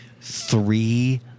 three